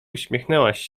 uśmiechnęłaś